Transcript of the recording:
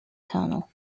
colonel